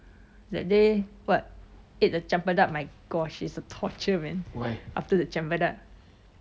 that day [what] ate the chempedak my gosh is a torture man after my chempedak